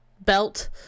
belt